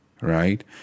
right